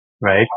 right